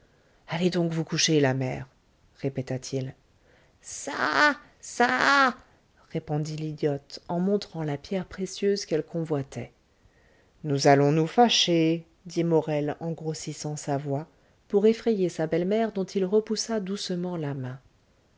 allez donc vous coucher la mère répéta-t-il ça ça répondit l'idiote en montrant la pierre précieuse qu'elle convoitait nous allons nous fâcher dit morel en grossissant sa voix pour effrayer sa belle-mère dont il repoussa doucement la main